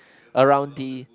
around the